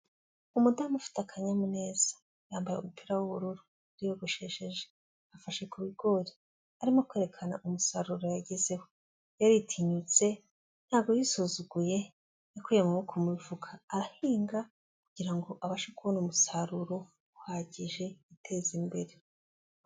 Umudamu ufite akanyamuneza, yambaye umupira w'ubururu, ariyogoshesheje, afashe ku bigori, arimo kwerekana umusaruro yagezeho. Yaritinyutse, ntabwo yisuzuguye, yakuye amaboko mu mufuka arahinga, kugira ngo abashe kubona umusaruro uhagije, guteza imbere.